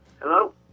Hello